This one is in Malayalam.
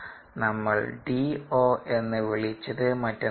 നമ്മൾ DO എന്ന് വിളിച്ചത് മറ്റൊന്നല്ല